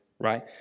right